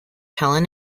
helen